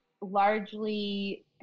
largely